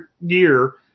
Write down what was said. year